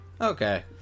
okay